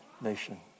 nation